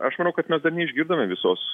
aš manau kad mes dar neišgirdome visos